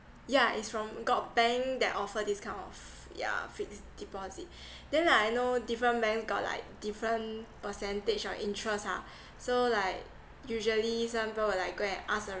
yeah it's from got bank that offer this kind of yeah fixed deposit then like I know different banks got like different percentage of interest ah so like usually some people will like go and ask